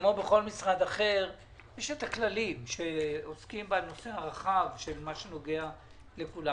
כמו בכל משרד אחר את הכללים שעוסקים בנושא הרחב של מה שנוגע לכולם,